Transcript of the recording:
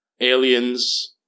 aliens –